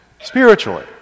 spiritually